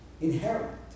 inherent